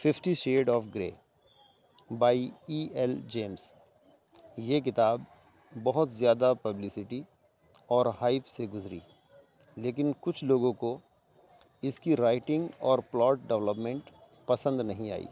fifty shade of grey by E L James یہ کتاب بہت زیادہ پبلسٹی اور ہائپ سے گزری لیکن کچھ لوگوں کو اس کی رائٹنگ اور پلاٹ ڈولپمنٹ پسند نہیں آئی